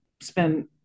spend